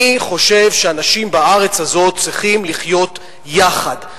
אני חושב שאנשים בארץ הזאת צריכים לחיות יחד.